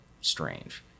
strange